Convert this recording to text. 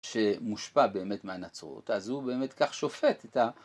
שמושפע באמת מהנצרות, אז הוא באמת כך שופט את ה